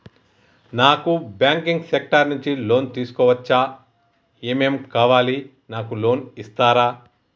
నాకు banking sector నుంచి loan తీసుకోవచ్చా? ఏమేం కావాలి? నాకు లోన్ ఇస్తారా?